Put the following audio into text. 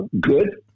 good